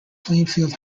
plainfield